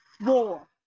war